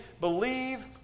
believe